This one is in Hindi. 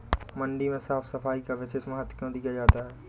मंडी में साफ सफाई का विशेष महत्व क्यो दिया जाता है?